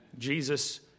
Jesus